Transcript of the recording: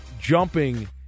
jumping